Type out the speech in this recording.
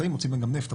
לפעמים מוצאים גם נפט,